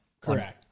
Correct